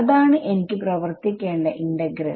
അതാണ് എനിക്ക് പ്രവർത്തിക്കേണ്ട ഇന്റഗ്രൽ